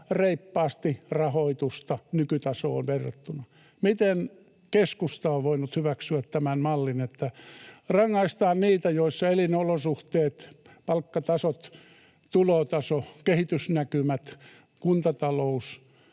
reippaasti rahoitusta nykytasoon verrattuna. Miten keskusta on voinut hyväksyä tämän mallin, että rangaistaan niitä, joissa elinolosuhteet, palkkatasot, tulotaso, kehitysnäkymät, kuntatalous